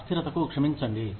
అస్థిరతకు క్షమించండి